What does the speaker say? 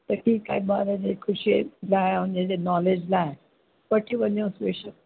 त ठीकु आहे ॿार जी खुशीअ लाइ उनजे नॉलेज लाइ वठी वञोसि बेशकु